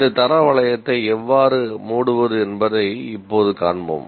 இந்த தர வளையத்தை எவ்வாறு மூடுவது என்பதை இப்போது காண்போம்